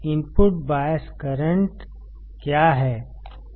input bias current क्या है